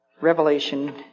Revelation